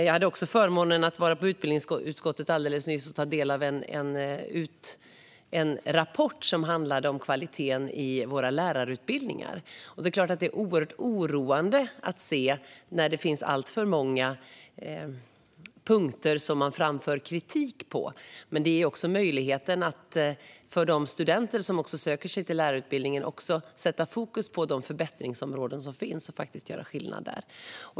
Jag hade förmånen att vara på utbildningsutskottets sammanträde alldeles nyss och ta del av en rapport som handlade om kvaliteten i våra lärarutbildningar. Det är oerhört oroande att se de alltför många punkter som man framför kritik på. Men det ger också möjligheten för de studenter som söker sig till lärarutbildningen att sätta fokus på de förbättringsområden som finns och göra skillnad där.